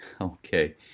Okay